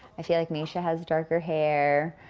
i feel like mischa has darker hair.